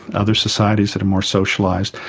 other societies that are more socialised,